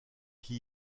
qui